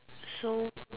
so